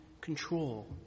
control